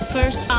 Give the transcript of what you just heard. First